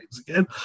again